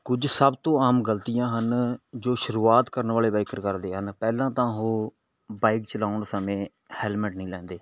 ਕੁਝ ਸਭ ਤੋਂ ਆਮ ਗਲਤੀਆਂ ਹਨ ਜੋ ਸ਼ੁਰੂਆਤ ਕਰਨ ਵਾਲੇ ਬਾਈਕਰ ਕਰਦੇ ਹਨ ਪਹਿਲਾਂ ਤਾਂ ਉਹ ਬਾਇਕ ਚਲਾਉਣ ਸਮੇਂ ਹੈਲਮਟ ਨਹੀਂ ਲੈਂਦੇ